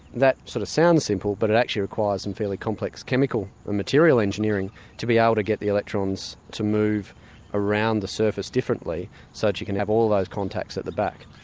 that sort of sounds simple but it actually requires some and fairly complex chemical and material engineering to be able to get the electrons to move around the surface differently so that you can have all those contacts at the back.